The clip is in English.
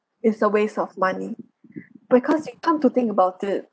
is a waste of money because you come to think about it